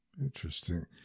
Interesting